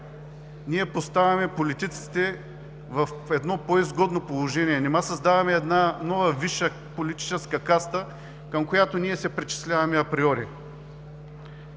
ние поставяме политиците в по-изгодно положение? Нима създаваме нова, висша политическа каста, към която ние се причисляваме априори?